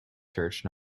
church